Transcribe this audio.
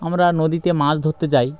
আমরা নদীতে মাছ ধরতে যাই